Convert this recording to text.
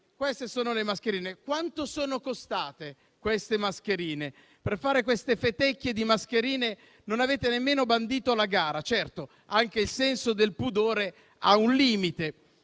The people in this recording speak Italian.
Quanto sono costate queste mascherine? Per fare queste fetecchie di mascherine non avete nemmeno bandito la gara. Certo, anche il senso del pudore ha un limite.